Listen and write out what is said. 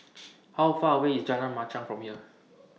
How Far away IS Jalan Machang from here